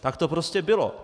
Tak to prostě bylo.